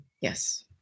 Yes